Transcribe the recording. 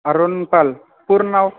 अरुण पाल पूर्ण नाव